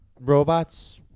robots